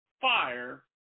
fire